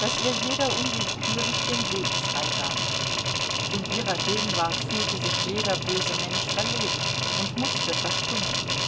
daß ihr jeder unwillkürlich den weg freigab in ihrer gegenwart fühlte sich jeder böse mensch verlegen und mußte verstummen